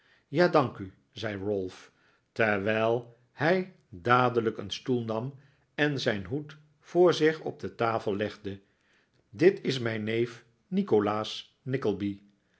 ja dank u zei ralph terwijl hij dadelijk een stoel nam en zijn hoed voor zich op de tafel legde dit is mijn neef nikolaas